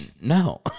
No